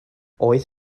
oedd